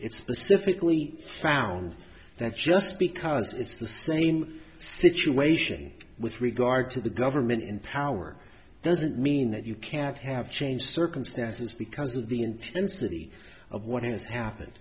it's specifically found that just because it's the same situation with regard to the government in power doesn't mean that you can't have changed circumstances because of the intensity of what has happened